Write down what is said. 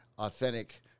Authentic